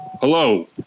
Hello